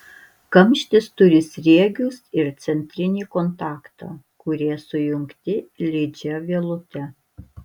kamštis turi sriegius ir centrinį kontaktą kurie sujungti lydžia vielute